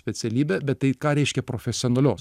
specialybė bet tai ką reiškia profesionalios